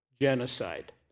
genocide